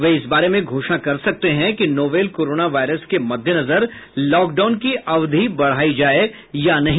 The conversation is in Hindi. वे इस बारे में घोषणा कर सकते हैं कि नोवेल कोरोना वायरस के मद्देनजर लॉकडाउन की अवधि बढाई जाये या नही